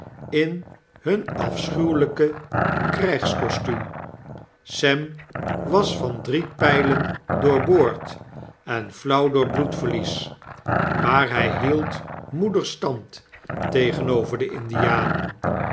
in hun afschuwelijke krijgskostuum sem was van drie pylen doorboord en flauw door bloedverlies maar hij hield moedig stand tegenover de indianen